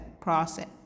process